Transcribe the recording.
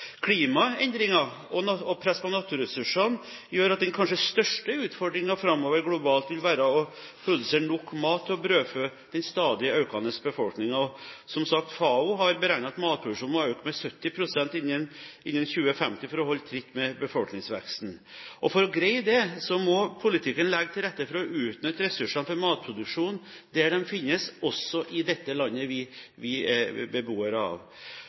Klimaendringer og press på naturressursene gjør at kanskje den største utfordringen framover globalt vil være å produsere nok mat til å brødfø den stadig økende befolkningen. Som sagt har FAO beregnet at matproduksjonen må øke med 70 pst. innen 2050 for å holde tritt med befolkningsveksten. For å greie det må politikerne legge til rette for å utnytte ressursene for matproduksjon der de finnes, også i dette landet vi er beboere av.